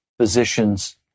physicians